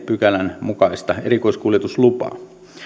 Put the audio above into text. pykälän mukaista erikoiskuljetuslupaa